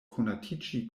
konatiĝi